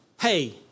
hey